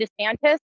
DeSantis